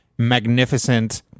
magnificent